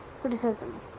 criticism